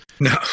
No